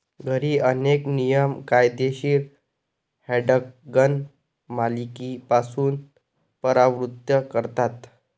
घरी, अनेक नियम कायदेशीर हँडगन मालकीपासून परावृत्त करतात